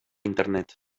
internet